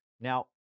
Now